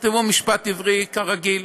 תכתבו "משפט עברי", כרגיל.